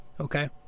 okay